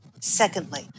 secondly